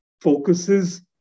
focuses